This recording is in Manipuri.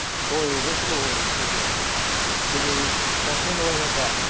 ꯍꯣꯏ ꯑꯣꯏ ꯁꯤꯕꯨ ꯁꯤꯗꯤ ꯄꯣꯁꯃꯦꯟ ꯑꯣꯏꯔꯕ